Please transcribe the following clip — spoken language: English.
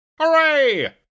Hooray